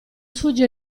sfugge